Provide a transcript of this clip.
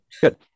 good